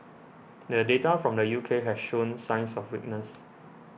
the data from the U K has shown signs of weakness